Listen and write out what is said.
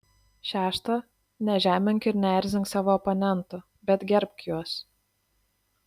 šešta nežemink ir neerzink savo oponentų bet gerbk juos